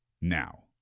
now